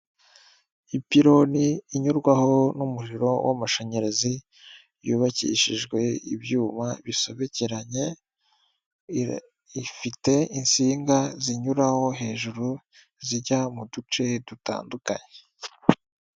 Ipiloni inyurwaho n'umuriro w'amashanyarazi yubakishijwe ibyuma bisobekeranye ifite insinga zinyuraho hejuru zijya mu duce dutandukanye.